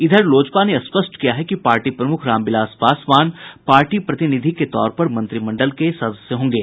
इधर लोजपा ने स्पष्ट किया है कि पार्टी प्रमुख रामविलास पासवान पार्टी प्रतिनिधि के तौर पर मंत्रिमंडल के सदस्य होंगे